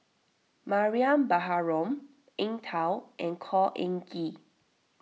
Mariam Baharom Eng Tow and Khor Ean Ghee